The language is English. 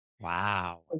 Wow